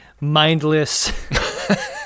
mindless